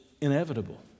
inevitable